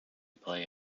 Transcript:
play